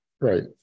right